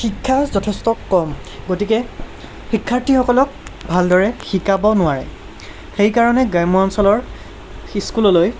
শিক্ষা যথেষ্ট কম গতিকে শিক্ষাৰ্থীসকলক ভালদৰে শিকাব নোৱাৰে সেইকাৰণে গ্ৰাম্য অঞ্চলৰ স্কুললৈ